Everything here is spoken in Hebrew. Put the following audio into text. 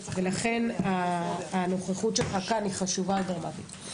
ולכן הנוכחות שלך יאיר כאן היא חשובה עד דרמטית.